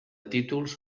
títols